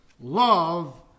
Love